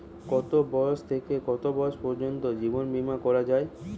কতো বয়স থেকে কত বয়স পর্যন্ত জীবন বিমা করা যায়?